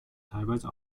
teilweise